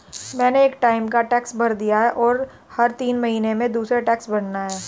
मैंने एक टाइम का टैक्स भर दिया है, और हर तीन महीने में दूसरे टैक्स भरना है